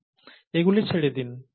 এগুলি ছেড়ে দিন